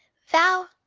thou,